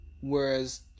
whereas